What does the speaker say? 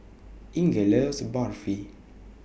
Inger loves Barfi